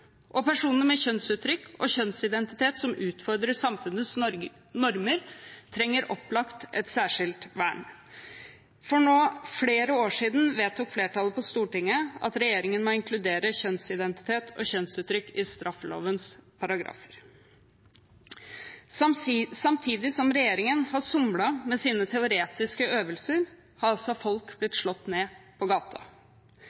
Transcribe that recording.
Og personer med kjønnsuttrykk og kjønnsidentitet som utfordrer samfunnets normer, trenger opplagt et særskilt vern. For flere år siden vedtok flertallet på Stortinget at regjeringen må inkludere kjønnsidentitet og kjønnsuttrykk i straffelovens paragrafer. Samtidig som regjeringen har somlet med sine teoretiske øvelser, har altså folk